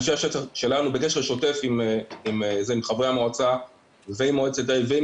אנשי השטח שלנו בקשר שוטף עם חברי המועצה ועם מועצת העיר ועם